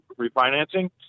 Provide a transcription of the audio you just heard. refinancing